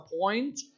point